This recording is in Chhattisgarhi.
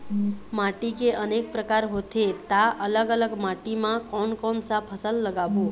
माटी के अनेक प्रकार होथे ता अलग अलग माटी मा कोन कौन सा फसल लगाबो?